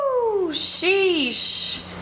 Sheesh